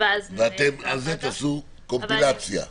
אל תכניסו לי פה דברים שפושקין מת.